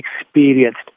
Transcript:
experienced